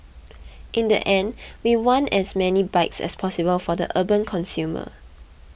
in the end we want as many bikes as possible for the urban consumer